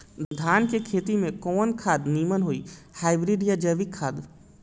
धान के खेती में कवन खाद नीमन होई हाइब्रिड या जैविक खाद?